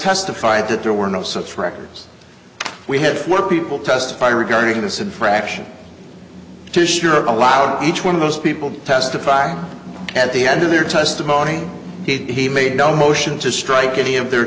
testified that there were no such records we had four people testify regarding this infraction to sure allowed each one of those people testifying at the end of their testimony he made no motion to strike any of their